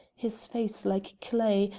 his face like clay,